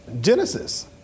Genesis